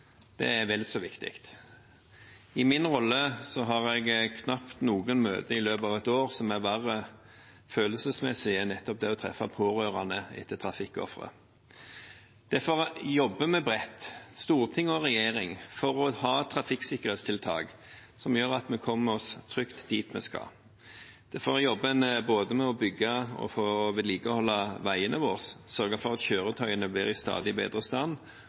er vel så viktig. I min rolle har jeg knapt noen møter i løpet av et år som er verre følelsesmessig enn nettopp det å treffe pårørende etter trafikkofre. Derfor jobber vi bredt, storting og regjering, for å ha trafikksikkerhetstiltak som gjør at vi kommer oss trygt dit vi skal. Derfor jobber en både med å bygge og vedlikeholde veiene våre og med å sørge for at kjøretøyene blir i stadig bedre stand,